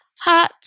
hot